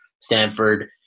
Stanford